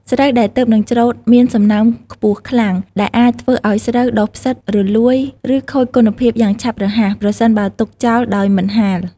ស្រូវដែលទើបនឹងច្រូតមានសំណើមខ្ពស់ខ្លាំង ដែលអាចធ្វើឲ្យស្រូវដុះផ្សិត រលួយ ឬខូចគុណភាពយ៉ាងឆាប់រហ័ស ប្រសិនបើទុកចោលដោយមិនហាល។